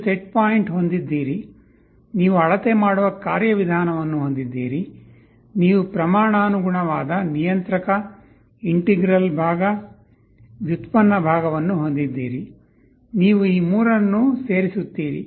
ನೀವು set point ಹೊಂದಿದ್ದೀರಿ ನೀವು ಅಳತೆ ಮಾಡುವ ಕಾರ್ಯವಿಧಾನವನ್ನು ಹೊಂದಿದ್ದೀರಿ ನೀವು ಪ್ರಮಾಣಾನುಗುಣವಾದ ನಿಯಂತ್ರಕ ಇಂಟಿಗ್ರಲ್ ಭಾಗ ಡಿರೈವೆಟಿವ್ ಭಾಗವನ್ನು ಹೊಂದಿದ್ದೀರಿನೀವು ಈ ಮೂರನ್ನೂ ಸೇರಿಸುತ್ತೀರಿ